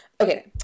Okay